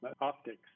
optics